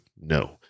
No